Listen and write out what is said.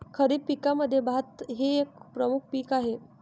खरीप पिकांमध्ये भात हे एक प्रमुख पीक आहे